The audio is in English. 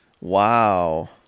Wow